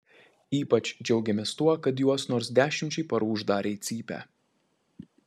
ypač džiaugėmės tuo kad juos nors dešimčiai parų uždarė į cypę